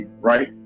right